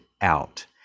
out